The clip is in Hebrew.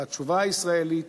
והתשובה הישראלית,